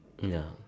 ya